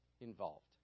involved